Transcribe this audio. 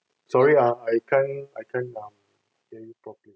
sorry ah I can't I can't um hear you properly